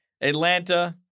Atlanta